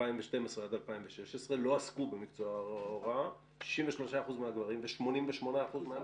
מ-2012 עד 2016 לא עסקו במקצוע ההוראה 63% מהגברים ו-88% מהנשים.